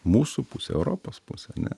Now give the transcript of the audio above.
mūsų pusė europos pusė ane